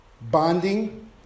bonding